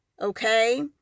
okay